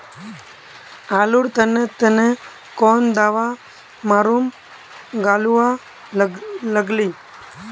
आलूर तने तने कौन दावा मारूम गालुवा लगली?